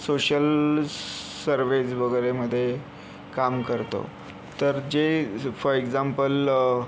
social surveys वगैरेमध्ये काम करतो तर जे फॉर एक्झाम्पल